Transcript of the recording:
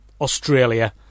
Australia